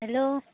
hello